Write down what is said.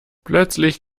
plötzlich